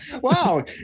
wow